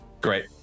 Great